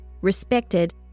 respected